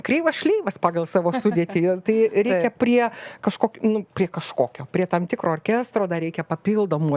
kreivas šleivas pagal savo sudėtį ir tai ir reikia prie kažkok prie kažkokio prie tam tikro orkestro dar reikia papildomų